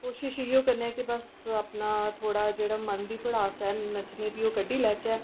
कोशिश इ'यै करने आं बस अपना थोह्ड़ा जेह्ड़ा मन दी भडास ऐ नच्चने दी ओह् कड्ढी लैह्चे